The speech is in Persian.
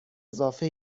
اضافه